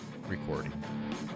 recording